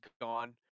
gone